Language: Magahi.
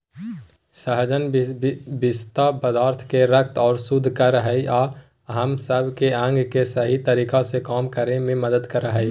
सहजन विशक्त पदार्थ के रक्त के शुद्ध कर हइ अ हम सब के अंग के सही तरीका से काम करे में मदद कर हइ